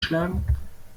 schlagen